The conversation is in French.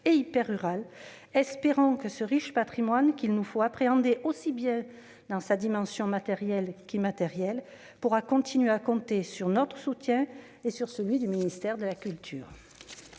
et hyper-rural. Espérons que ce riche patrimoine, qu'il nous faut appréhender dans sa dimension aussi bien matérielle qu'immatérielle, pourra continuer à compter sur notre soutien et sur celui du ministère de la culture.